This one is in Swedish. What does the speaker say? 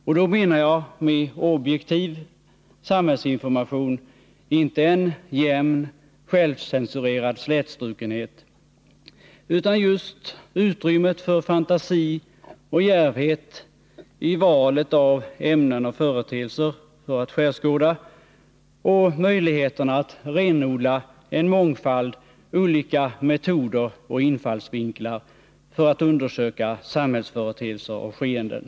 Med det menar jag inte en jämn, självcensurerad slätstrukenhet, utan utrymme för fantasi och djärvhet i valet av ämnen och företeelser att skärskåda och möjligheter Nr 93 att renodla en mångfald olika metoder och infallsvinklar vid undersökningen Onsdagen den av samhällsföreteelser och skeenden.